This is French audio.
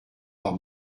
par